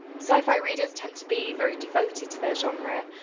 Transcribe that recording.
sci-fi readers tend to be very devoted to their genre,